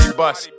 bus